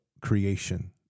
creation